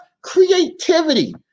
Creativity